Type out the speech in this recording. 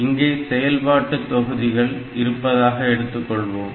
இங்கே சில செயல்பாட்டு தொகுதிகள் இருப்பதாக எடுத்துக்கொள்வோம்